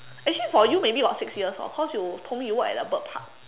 actually for you maybe got six year orh cause you told me you worked at the bird park